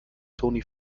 toni